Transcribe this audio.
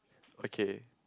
okay